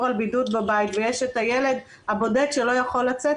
על בידוד בבית ויש את הילד הבודד שלא יכול לצאת,